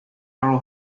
errol